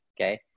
Okay